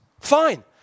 Fine